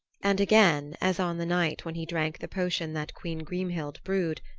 and again, as on the night when he drank the potion that queen grimhild brewed,